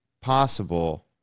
possible